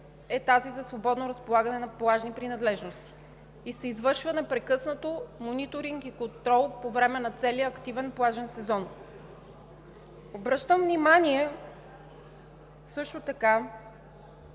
е тази за свободно разполагане на плажни принадлежности, извършва се непрекъснато мониторинг и контрол по време на целия активен плажен сезон. Обръщам внимание също така,